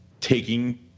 taking